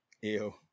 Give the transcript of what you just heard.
Ew